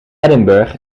edinburg